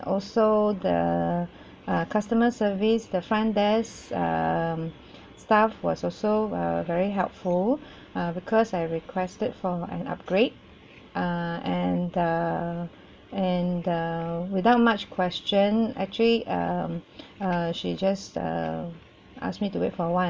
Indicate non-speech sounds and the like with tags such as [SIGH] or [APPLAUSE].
also the uh customer service the front desk um staff was also were very helpful [BREATH] uh because I requested for an upgrade err and uh and uh without much question actually um err she just err asked me to wait for a while